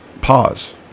pause